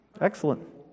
excellent